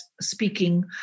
speaking